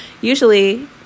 usually